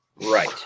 right